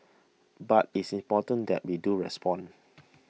but it's important that we do respond